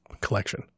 collection